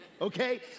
Okay